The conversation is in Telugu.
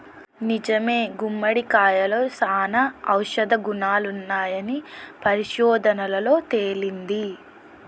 నిజమే గుమ్మడికాయలో సానా ఔషధ గుణాలున్నాయని పరిశోధనలలో తేలింది